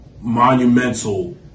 monumental